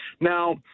Now